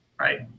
right